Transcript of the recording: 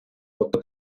тобто